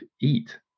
eat